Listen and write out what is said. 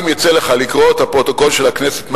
אם יצא לך לקרוא את הפרוטוקול של הכנסת מהבוקר,